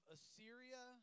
Assyria